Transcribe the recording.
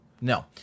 no